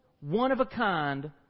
one-of-a-kind